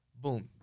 boom